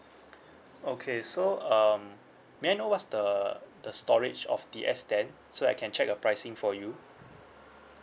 okay so um may I know what's the the storage of the S ten so I can check the pricing for you